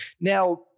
Now